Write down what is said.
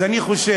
אז אני חושב,